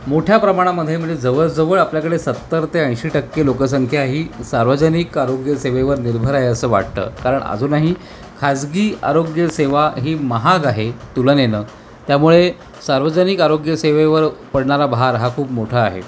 मोठ्या प्रमाणामध्ये म्हणजे जवळजवळ आपल्याकडे सत्तर ते ऐंशी टक्के लोकसंख्या ही सार्वजनिक आरोग्य सेवेवर निर्भर आहे असं वाटतं कारण अजूनही खाजगी आरोग्य सेवा ही महाग आहे तुलनेनं त्यामुळे सार्वजनिक आरोग्य सेवेवर पडणारा भार हा खूप मोठा आहे